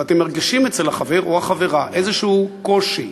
ואתם מרגישים אצל החבר או החברה איזשהו קושי,